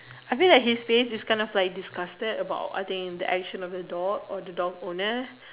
I think like his face is kind of like disgusted about I think the action of the dog or the dog owner